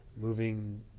Moving